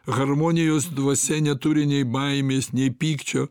harmonijos dvasia neturi nei baimės nei pykčio